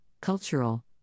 cultural